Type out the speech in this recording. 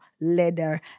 leather